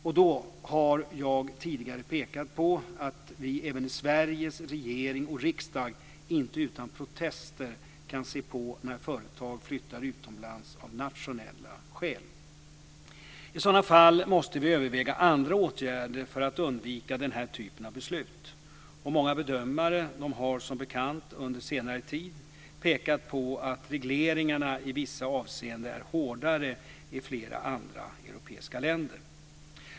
Jag har tidigare pekat på att vi i Sveriges regering och riksdag inte utan protester kan se på när företag flyttar utomlands av nationella skäl. I sådana fall måste vi överväga andra åtgärder för att undvika den här typen av beslut. Många bedömare har som bekant under senare tid pekat på att regleringarna i vissa avseenden är hårdare i flera andra europeiska länder.